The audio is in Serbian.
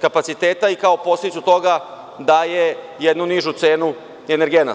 kapaciteta i kao posledicu toga daje jednu nižu cenu energenata.